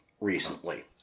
recently